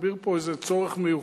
הסביר פה איזה צורך מיוחד.